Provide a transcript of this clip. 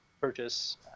purchase